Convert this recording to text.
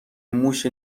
موش